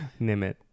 Nimit